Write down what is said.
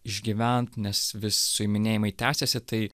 išgyvent nes vis suiminėjimai tęsėsi tai